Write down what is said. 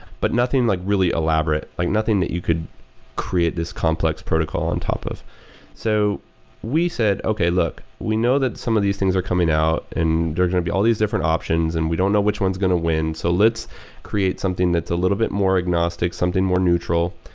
but nothing like really elaborate, like nothing that you could create this complex protocol in top of so we said, okay, look. we know that some of these things are coming out and there are going to be all these different options and we don't know which one is going to win. so let's create something that's a little bit more agnostic, something more neutral.